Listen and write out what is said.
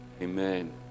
Amen